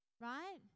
right